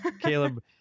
Caleb